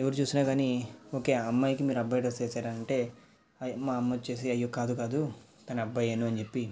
ఎవరు చూసినా కానీ ఓకే అమ్మాయికి మీరు అబ్బాయి డ్రెస్ వేసారా అంటే అయ్ మా అమ్మ వచ్చేసి అయ్యో కాదు కాదు తను అబ్బాయే అని చెప్పి